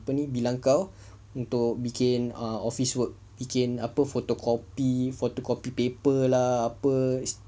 bilang kau untuk bikin ah office work bikin apa photocopy photocopy paper lah apa